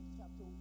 chapter